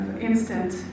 instant